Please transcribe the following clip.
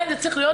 אני